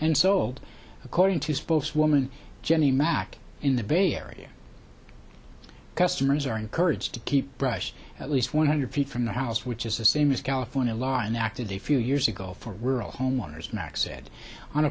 and sold according to spokeswoman jenny mack in the bay area customers are encouraged to keep brush at least one hundred feet from the house which is the same as california law enacted a few years ago for rural homeowners mack said on